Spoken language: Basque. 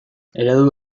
eredu